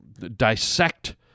dissect